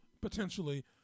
potentially